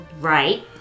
Right